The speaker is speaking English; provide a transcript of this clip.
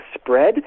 spread